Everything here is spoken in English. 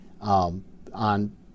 on